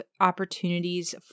opportunities